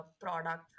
product